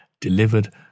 delivered